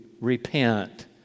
repent